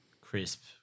crisp